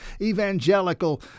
evangelical